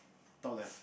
top left